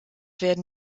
werden